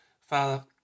Father